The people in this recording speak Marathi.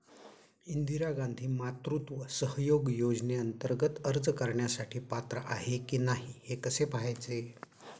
इंदिरा गांधी मातृत्व सहयोग योजनेअंतर्गत अर्ज करण्यासाठी पात्र आहे की नाही हे कसे पाहायचे?